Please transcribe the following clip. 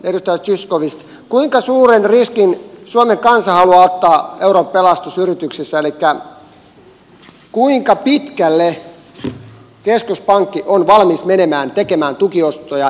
edustaja zyskowicz kuinka suuren riskin suomen kansa haluaa ottaa euron pelastusyrityksissä elikkä kuinka pitkälle keskuspankki on valmis menemään tekemään tukiostoja ekpn kautta